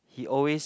he always